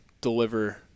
deliver